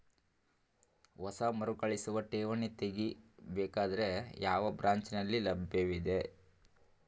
ಹೊಸ ಮರುಕಳಿಸುವ ಠೇವಣಿ ತೇಗಿ ಬೇಕಾದರ ಯಾವ ಬ್ರಾಂಚ್ ನಲ್ಲಿ ಲಭ್ಯವಿದೆ?